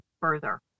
further